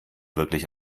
wirklich